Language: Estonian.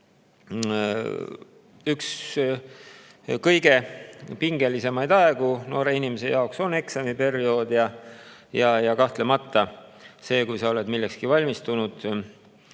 Üks kõige pingelisemaid aegu noore inimese jaoks on eksamiperiood. Ja kahtlemata see, kui sa oled millekski valmistunud